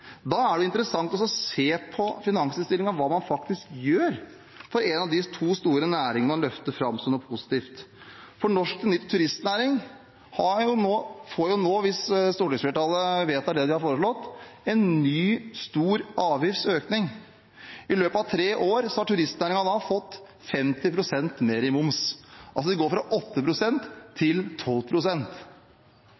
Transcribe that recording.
Da er det interessant å se på finansinnstillingen og se hva man faktisk gjør for en av de to store næringene man løfter fram som noe positivt. Norsk turistnæring får nå – hvis stortingsflertallet vedtar det de har foreslått – en ny stor avgiftsøkning. I løpet av tre år har turistnæringen da fått 50 pst. mer i moms – det går altså fra